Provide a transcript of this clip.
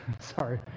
Sorry